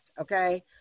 Okay